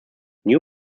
new